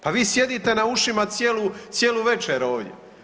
Pa vi sjedite na ušima cijelu večer ovdje.